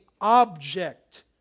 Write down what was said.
object